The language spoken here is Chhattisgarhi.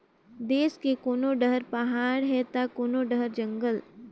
देस के कोनो डहर पहाड़ हे त कोनो डहर जंगल